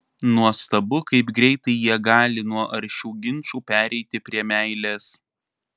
nuostabu kaip greitai jie gali nuo aršių ginčų pereiti prie meilės